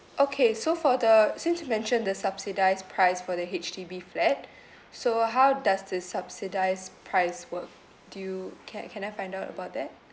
okay so for the since you mentioned the subsidised price for the H_D_B flat so how does the subsidised price work do you can uh can I find out about that